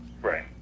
Right